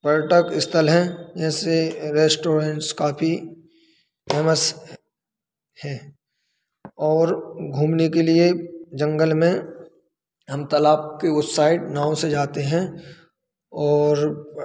पर्यटक स्थल हैं जैसे रेस्टोरेंट काफी फेमस हैं और घूमने के लिए जंगल में हम तालाब के उस साइड नाव से जाते हैं और